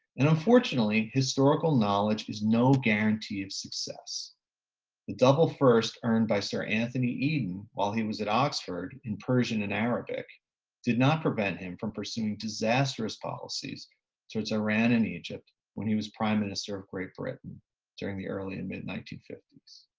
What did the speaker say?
and unfortunately historical knowledge is no guarantee of success. the double first earned by sir anthony eden while he was at oxford in persian and arabic did not prevent him from pursuing disastrous policies towards iran and egypt when he was prime minister of great britain during the early and mid nineteen fifty s.